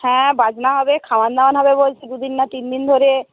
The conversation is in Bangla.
হ্যাঁ বাজনা হবে খাওয়ান দাওয়ান হবে বলছে দুদিন না তিন দিন ধরে